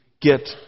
get